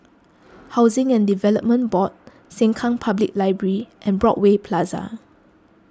Housing and Development Board Sengkang Public Library and Broadway Plaza